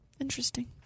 Interesting